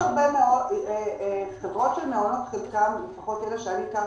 יש הרבה חברות --- לפחות אלה שאני הכרתי,